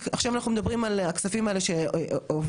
הלאה למשרד האוצר והאפוטרופוס הכללי,